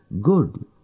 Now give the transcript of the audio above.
good